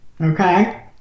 Okay